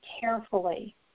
carefully